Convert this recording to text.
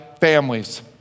families